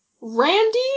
Randy